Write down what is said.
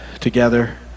together